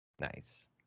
Nice